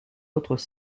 autres